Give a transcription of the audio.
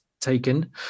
taken